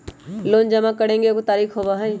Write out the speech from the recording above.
Loan जमा करेंगे एगो तारीक होबहई?